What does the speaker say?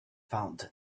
found